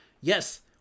yes